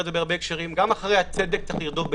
בצדק.